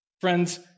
Friends